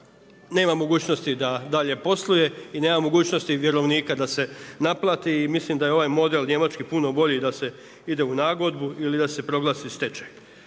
nema mogućnosti da dalje posluje i nema mogućnosti vjerovnika da se naplati i mislim da je ovaj model Njemački puno bolji da se ide u nagodbu ili da se proglasi stečaj